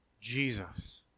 Jesus